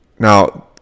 Now